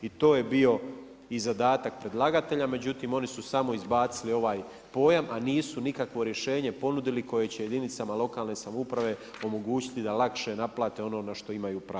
I to je bio i zadatak predlagatelja , međutim oni su samo izbacili ovaj pojam a nisu nikakvo rješenje ponudili koje će jedinicama lokalne samouprave omogućiti da lakše naplate ono na što imaju pravo.